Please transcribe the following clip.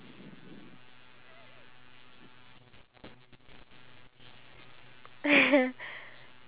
so like people actually do live in that group and then they they they show the products that they are selling I thought like